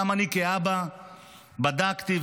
גם אני כאבא בדקתי,